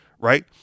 right